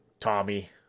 Tommy